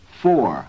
four